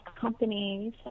companies